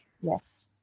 Yes